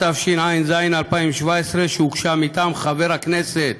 התשע"ז 2017, שהוגשה מטעם חברי הכנסת